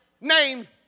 named